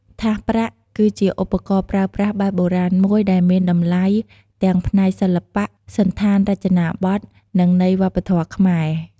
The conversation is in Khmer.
ថាសប្រាក់ គឺជាឧបករណ៍ប្រើប្រាស់បែបបុរាណមួយដែលមានតម្លៃទាំងផ្នែកសិល្បៈ សណ្ឋានរចនាបថ និងន័យវប្បធម៌ខ្មែរ។